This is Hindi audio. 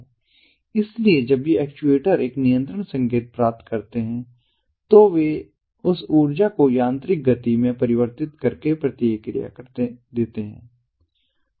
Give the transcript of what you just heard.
इसलिए जब ये एक्चुएटर एक नियंत्रण संकेत प्राप्त करते हैं तो वे उस ऊर्जा को यांत्रिक गति में परिवर्तित करके प्रतिक्रिया देते हैं